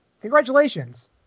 congratulations